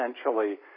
essentially